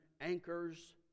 anchors